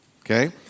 okay